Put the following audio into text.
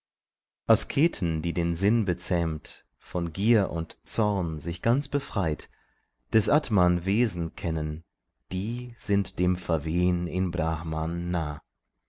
asketen die den sinn bezähmt von gier und zorn sich ganz befreit des atman wesen kennen die sind dem verwehn in brahman nah